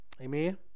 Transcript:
Amen